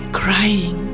crying